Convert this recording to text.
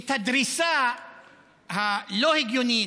את הדריסה הלא-הגיונית,